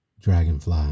dragonfly